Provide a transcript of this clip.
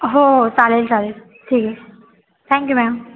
हो हो चालेल चालेल ठीक आहे थँक्यू मॅम